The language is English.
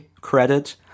credit